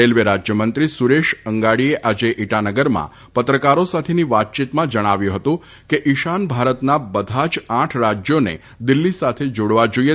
railway રાજ્યમંત્રી સુરેશ અંગાડીએ આજે ઇટાનગરમાં પત્રકાર સાથેની વાતયીતમાં જણાવ્યું હતું કે ઇશાન ભારતના બધા જ આઠ રાજથાખે દિલ્ફી સાથે જાડવા જાઇએ